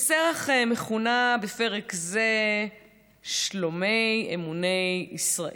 ושרח מכונה בפרק זה שלומי אמוני ישראל.